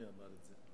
מי אמר את זה?